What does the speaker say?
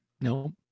nope